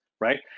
Right